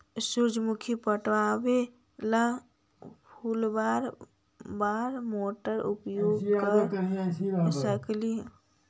सुरजमुखी पटावे ल फुबारा बाला मोटर उपयोग कर सकली हे की न?